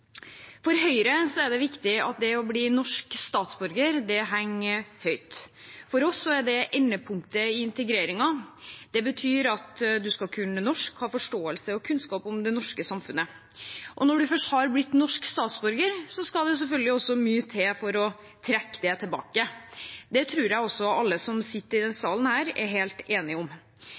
For Høyre er det viktig at det å bli norsk statsborger henger høyt. For oss er det endepunktet i integreringen. Det betyr at man skal kunne norsk og ha forståelse og kunnskap om det norske samfunnet. Og når man først har blitt norsk statsborger, skal det selvfølgelig også mye til for å trekke det tilbake. Det tror jeg også alle som sitter i denne salen, er helt enige om.